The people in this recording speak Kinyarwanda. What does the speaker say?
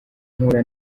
mpura